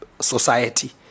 society